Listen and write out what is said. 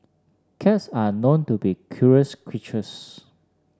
cats are known to be curious creatures